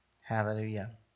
Hallelujah